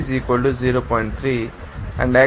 3 and x3 0